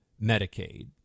Medicaid